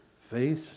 face